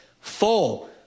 Four